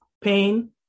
pain